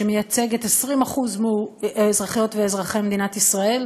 שמייצגת 20% מאזרחי ואזרחיות מדינת ישראל,